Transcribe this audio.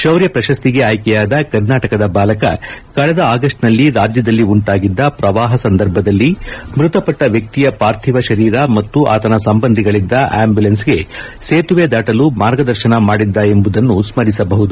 ಶೌರ್ಯ ಪ್ರಶಸ್ತಿಗೆ ಆಯ್ಕೆಯಾದ ಕರ್ನಾಟಕದ ಬಾಲಕ ಕಳೆದ ಆಗಸ್ಟ್ನಲ್ಲಿ ರಾಜ್ಯದಲ್ಲಿ ಉಂಟಾಗಿದ್ದ ಪ್ರವಾಪ ಸಂದರ್ಭದಲ್ಲಿ ಮೃತಪಟ್ಟ ವ್ವಕ್ತಿಯ ಪಾರ್ಥಿವ ಶರೀರ ಮತ್ತು ಆತನ ಸಂಬಂಧಿಗಳಿದ್ದ ಆಂಬ್ಯುಲನ್ಗೆ ಸೇತುವೆ ದಾಟಲು ಮಾರ್ಗದರ್ಶನ ಮಾಡಿದ್ದ ಎಂಬುದನ್ನು ಸ್ಥರಿಸಬಹುದು